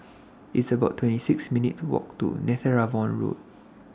It's about twenty six minutes' Walk to Netheravon Road